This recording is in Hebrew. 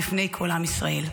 בפני כל עם ישראל.